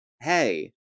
hey